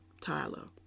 Tyler